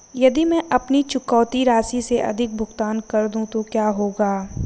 यदि मैं अपनी चुकौती राशि से अधिक भुगतान कर दूं तो क्या होगा?